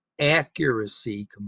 accuracy